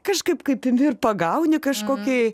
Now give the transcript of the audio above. kažkaip kaip imi ir gauni kažkokį